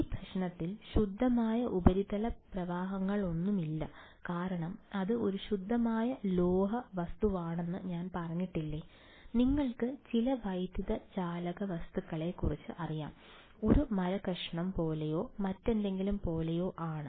ഈ പ്രശ്നത്തിൽ ശുദ്ധമായ ഉപരിതല പ്രവാഹങ്ങളൊന്നുമില്ല കാരണം അത് ഒരു ശുദ്ധമായ ലോഹ വസ്തുവാണെന്ന് ഞാൻ പറഞ്ഞിട്ടില്ലേ നിങ്ങൾക്ക് ചില വൈദ്യുതചാലക വസ്തുക്കളെ കുറിച്ച് അറിയാം ഒരു മരക്കഷ്ണം പോലെയോ മറ്റെന്തെങ്കിലും പോലെയോ ആണ്